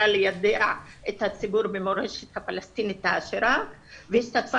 ליידע את הציבור במורשת הפלסטינית העשירה והשתתפה